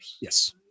Yes